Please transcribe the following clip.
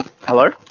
Hello